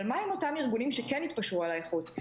אבל מה עם אותם ארגונים שכן יתפשרו על האיכות.